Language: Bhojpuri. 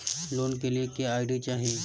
लोन के लिए क्या आई.डी चाही?